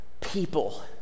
People